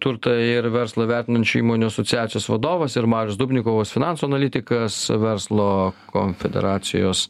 turtą ir verslą vertinančių įmonių asociacijos vadovas ir marius dubnikovas finansų analitikas verslo konfederacijos